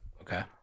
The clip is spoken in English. Okay